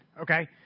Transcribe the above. okay